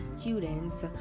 students